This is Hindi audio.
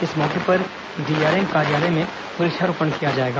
इस मौके पर डीआरएम कार्यालय में वृक्षारोपण किया जाएगा